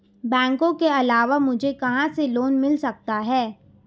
बैंकों के अलावा मुझे कहां से लोंन मिल सकता है?